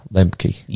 Lemke